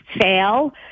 fail